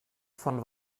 von